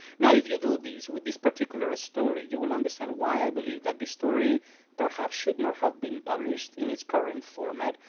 now if you do this with this particular story, you'll understand why i believe that this story perhaps should not have been published in its current format,